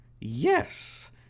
yes